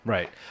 Right